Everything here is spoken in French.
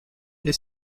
est